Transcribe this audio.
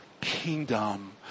kingdom